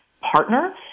partner